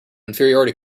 inferiority